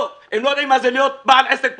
לא, הם לא יודעים מה זה להיות בעל עסק פרטי,